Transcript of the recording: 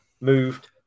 moved